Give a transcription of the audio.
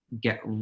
get